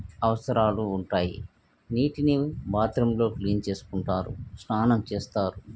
అవసరాలు ఉంటాయి నీటిని బాత్రూంలో క్లీన్ చేసుకుంటారు స్నానం చేస్తారు